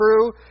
true